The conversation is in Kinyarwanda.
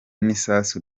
n’isasu